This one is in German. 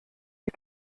die